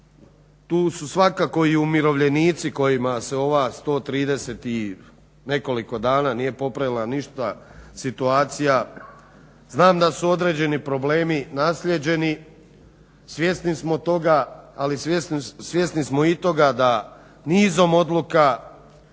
Tu su svakako i umirovljenici kojima se ova 130 nekoliko dana nije popravila ništa situacija. Znam da su određeni problemi naslijeđeni, svjesni smo toga, ali svjesni smo i toga da nizom odluka